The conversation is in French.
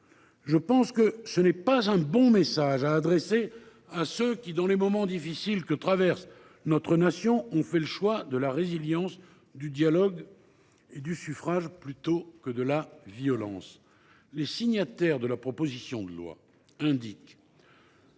revenus ? Ce n’est pas un bon message à adresser à ceux qui, dans les moments difficiles que traverse notre nation, font le choix de la résilience, du dialogue et du suffrage, plutôt que de la violence. Tenir de tels propos, pour un